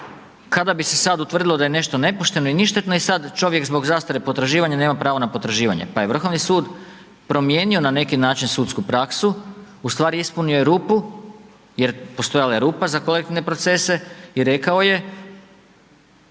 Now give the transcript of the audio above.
kada bi se sad utvrdilo da je nešto nepošteno i ništetno i sada čovjek zbog zastare potraživanja, nema pravo na potraživanje. Pa je Vrhovni sud, promijenio na neki način sudsku praksu, ustvari ispunio je rupu, jer postojala je rupa za kolektivne procese i rekao je,